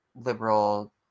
liberal